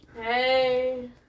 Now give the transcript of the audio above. hey